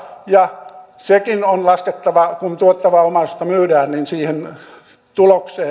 ja sekin on laskettava kun tuottavaa omaisuutta myydään siihen tulokseen